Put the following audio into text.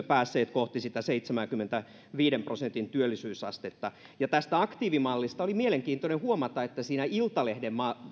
päässeet kohti sitä seitsemänkymmenenviiden prosentin työllisyysastetta ja tästä aktiivimallista oli mielenkiintoista huomata että siinä iltalehden